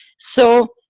so,